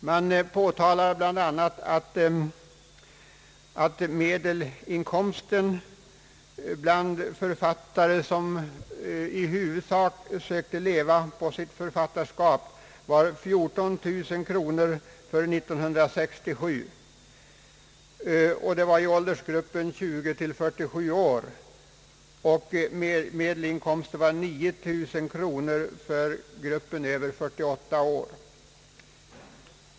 Man påtalar bl.a. att medelinkomsten bland författare som i huvudsak sökte leva på sitt författarskap var 14000 kronor år 1967 för åldersgruppen 20— 47 år. För gruppen över 48 år var medelinkomsten 9 000 kronor.